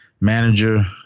manager